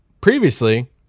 previously